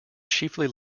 chiefly